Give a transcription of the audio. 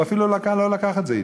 והוא אפילו לא לקח את זה אתו.